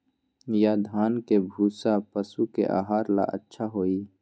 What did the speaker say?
या धान के भूसा पशु के आहार ला अच्छा होई?